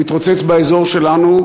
הוא מתרוצץ באזור שלנו,